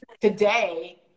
today